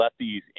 lefties